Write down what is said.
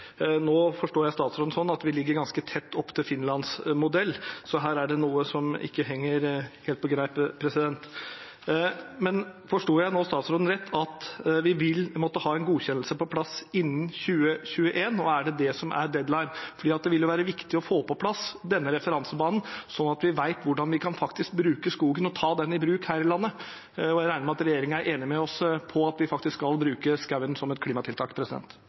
Nå forstår jeg statsråden dit hen at vi ligger ganske tett opptil Finlands modell, så her er det noe som ikke henger helt på greip. Forsto jeg nå statsråden rett – at vi vil måtte ha en godkjennelse på plass innen 2021, at det er det som er deadline? Det vil være viktig å få på plass denne referansebanen, slik at vi vet hvordan vi faktisk kan bruke skogen, ta den i bruk, her i landet. Jeg regner med at regjeringen er enig med oss i at vi faktisk skal bruke skogen som et klimatiltak.